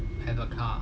and a car